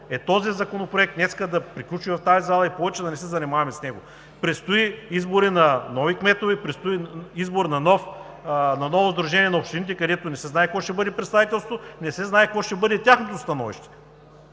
е този законопроект днес да приключи в тази зала и повече да не се занимаваме с него! Предстоят избори на нови кметове, предстои избор на ново Сдружение на общините, където не се знае какво ще бъде представителството, не се знае какво ще бъде тяхното становище!